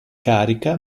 carica